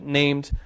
named